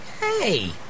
Hey